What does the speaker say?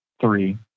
three